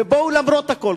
ובואו למרות הכול,